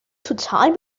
total